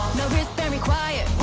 no wristband required